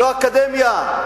לא אקדמיה?